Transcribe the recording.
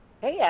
Hey